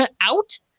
out